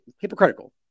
hypocritical